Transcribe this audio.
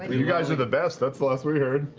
you guys are the best, that's the last we heard.